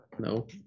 No